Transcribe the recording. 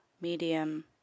medium